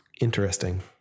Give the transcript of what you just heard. Interesting